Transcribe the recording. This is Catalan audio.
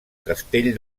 castell